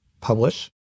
publish